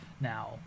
now